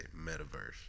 metaverse